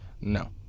No